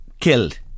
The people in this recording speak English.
killed